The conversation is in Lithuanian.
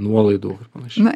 nuolaidų ir panašiai